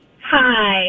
Hi